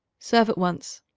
serve at once.